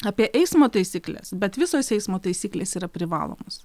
apie eismo taisykles bet visos eismo taisyklės yra privalomos